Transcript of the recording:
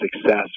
success